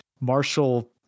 marshall